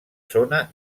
zona